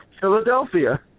Philadelphia